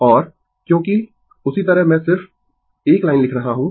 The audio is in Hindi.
और क्योंकि उसी तरह मैं सिर्फ एक लाइन लिख रहा हूं